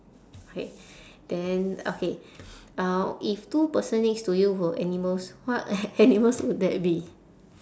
okay then okay uh if two person next to you were animals what a~ animals would they be